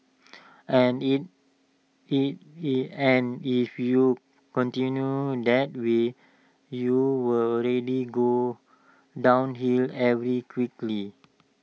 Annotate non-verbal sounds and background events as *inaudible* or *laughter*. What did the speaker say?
and if if *unintelligible* and if you continue that way you will really go downhill every quickly